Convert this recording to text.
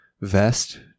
Vest